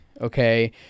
Okay